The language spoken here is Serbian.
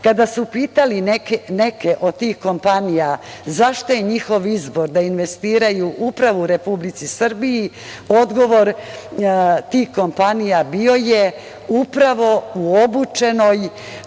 Kada su pitali neke od tih kompanija zašto je njihov izbor da investiraju upravo u Republici Srbiji, odgovor tih kompanija bio je upravo u dobro